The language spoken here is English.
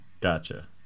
Gotcha